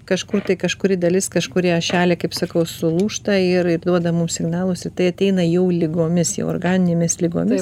kažkur tai kažkuri dalis kažkuri ašelė kaip sakau sulūžta ir ir duoda mums signalus į tai ateina jau ligomis jau organinėmis ligomis